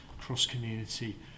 cross-community